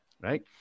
Right